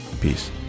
Peace